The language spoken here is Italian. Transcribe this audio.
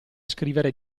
scrivere